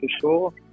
sure